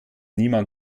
niemand